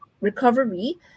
recovery